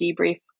debrief